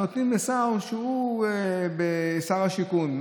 נותנים לשר שהוא שר השיכון.